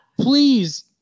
please